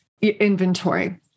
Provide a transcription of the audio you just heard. inventory